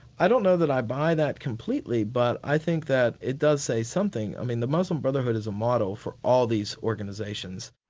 i don't know that i buy that completely, but i think that it does say something. i mean the muslim brotherhood is a model for all these organisations.